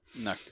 No